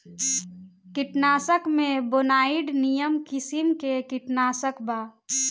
कीटनाशक में बोनाइड निमन किसिम के कीटनाशक बा